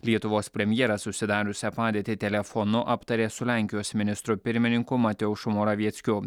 lietuvos premjeras susidariusią padėtį telefonu aptarė su lenkijos ministru pirmininku mateušu moravieckiu